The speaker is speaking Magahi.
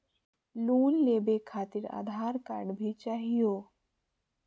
लोन लेवे खातिरआधार कार्ड भी चाहियो?